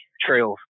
trails